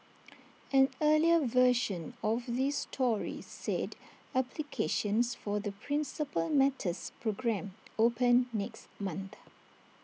an earlier version of this story said applications for the Principal Matters programme open next month